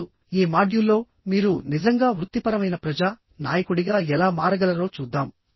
ఇప్పుడు ఈ మాడ్యూల్లో మీరు నిజంగా వృత్తిపరమైన ప్రజా నాయకుడిగా ఎలా మారగలరో చూద్దాం